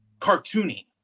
cartoony